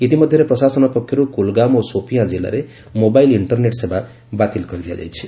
ଇତିମଧ୍ୟରେ ପ୍ରଶାସନ ପକ୍ଷରୁ କୁଲ୍ଗାମ୍ ଓ ସୋପିଆଁ ଜିଲ୍ଲାରେ ମୋବାଇଲ୍ ଇଷ୍ଟରନେଟ୍ ସେବା ବାତିଲ କରିଦିଆଯାଇଛି